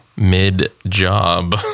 mid-job